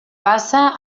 passa